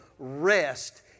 Rest